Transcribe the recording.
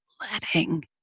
letting